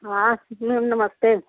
हाँ मैम नमस्ते